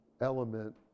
element